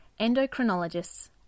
endocrinologists